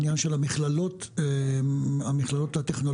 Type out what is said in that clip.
בעניין של המכללות הטכנולוגיות,